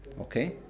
Okay